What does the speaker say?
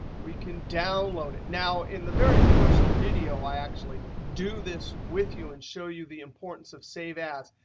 we can download it. now in the very first video i actually do this with you and show you the importance of save as.